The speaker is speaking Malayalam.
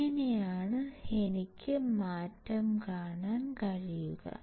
ഇങ്ങനെയാണ് എനിക്ക് മാറ്റം കാണാൻ കഴിയുക